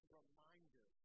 reminder